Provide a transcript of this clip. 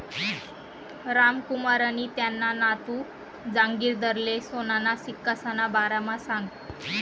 रामकुमारनी त्याना नातू जागिंदरले सोनाना सिक्कासना बारामा सांगं